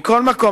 מכל מקום,